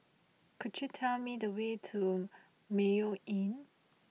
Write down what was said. could you tell me the way to Mayo Inn